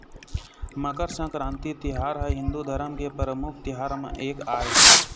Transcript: मकर संकरांति तिहार ह हिंदू धरम के परमुख तिहार म एक आय